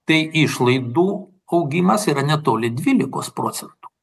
tai išlaidų augimas yra netoli dvylikos procentų